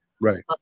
right